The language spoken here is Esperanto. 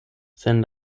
sen